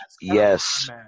yes